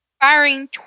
firing